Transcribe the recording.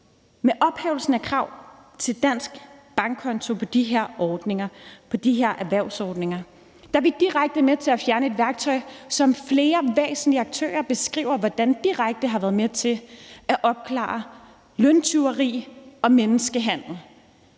Med ophævelsen af krav til dansk bankkonto på de her ordninger, på de her erhvervsordninger er vi direkte med til at fjerne et værktøj, som flere væsentlige aktører beskriver direkte har været med til at opklare løntyveri og menneskehandel.